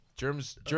Germs